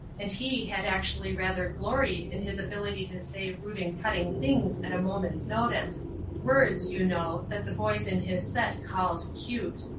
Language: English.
and he had actually rather gloried in his ability to say rude and cutting things at a moment's notice words, you know, that the boys in his set called cute.